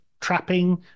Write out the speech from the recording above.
trapping